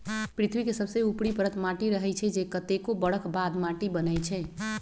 पृथ्वी के सबसे ऊपरी परत माटी रहै छइ जे कतेको बरख बाद माटि बनै छइ